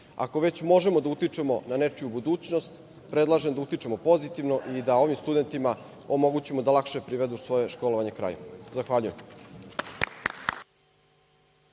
Ako već možemo da utičemo na nečiju budućnost, predlažem da utičemo pozitivno i da ovim studentima omogućimo da lakše privedu svoje školovanje kraju. Zahvaljujem.